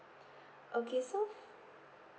okay so